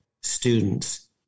students